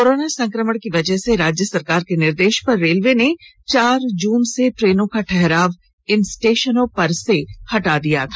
corona संक्रमण की वजह से राज्य सरकार के निर्देश पर रेलवे ने चार जून से ट्रेनों का ठहराव इन स्टेशनों पर हटा दिया था